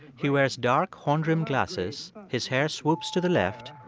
he wears dark, horn-rimmed glasses, his hair swoops to the left,